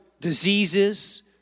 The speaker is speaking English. diseases